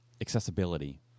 accessibility